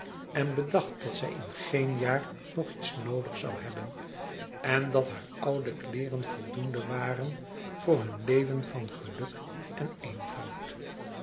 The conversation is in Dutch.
en bedacht dat zij in geen jaar nog iets noodig zoû hebben en dat hare oude kleeren voldoende waren voor hun leven van geluk en eenvoud